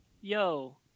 Yo